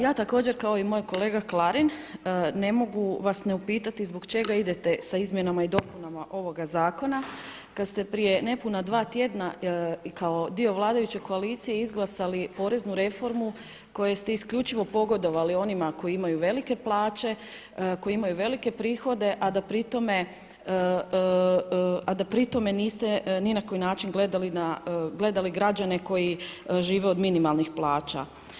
Ja također kao i moj kolega Klarin ne mogu vas ne upitati zbog čega idete sa izmjenama i dopunama ovoga zakona kad ste prije nepuna dva tjedna kao dio vladajuće koalicije izglasali poreznu reformu kojom ste isključivo pogodovali onima koji imaju velike plaće, koji imaju velike prihode a da pri tome niste ni na koji način gledali na, gledali građane koji žive od minimalnih plaća.